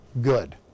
good